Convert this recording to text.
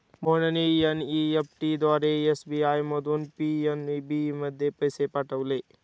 मोहनने एन.ई.एफ.टी द्वारा एस.बी.आय मधून पी.एन.बी मध्ये पैसे पाठवले